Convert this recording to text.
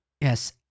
Yes